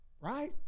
Right